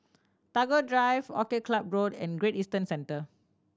Tagore Drive Orchid Club Road and Great Eastern Centre